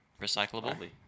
Recyclable